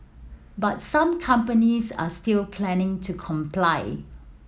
but some companies are still planning to comply